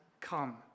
come